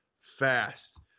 fast